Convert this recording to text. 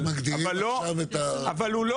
אבל הוא לא